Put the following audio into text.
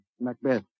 Macbeth